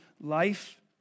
life